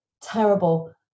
terrible